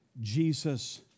Jesus